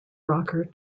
rocker